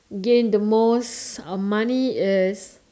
gain the most um money is